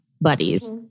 buddies